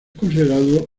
considerado